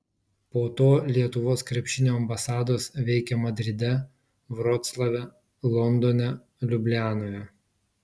po to lietuvos krepšinio ambasados veikė madride vroclave londone liublianoje